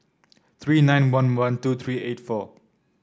three nine one one two three eight four